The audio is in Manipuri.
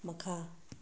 ꯃꯈꯥ